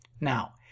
Now